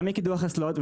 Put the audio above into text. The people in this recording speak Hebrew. גם מקידוח אסדות.